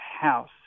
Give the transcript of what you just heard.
house